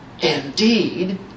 indeed